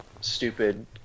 stupid